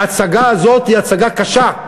וההצגה הזאת היא הצגה קשה,